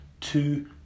two